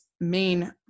main